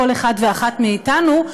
כל אחד ואחת מאתנו,